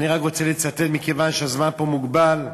אני רק רוצה לצטט, מכיוון שהזמן פה מוגבל,